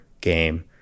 game